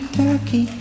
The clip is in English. turkey